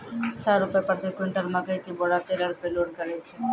छह रु प्रति क्विंटल मकई के बोरा टेलर पे लोड करे छैय?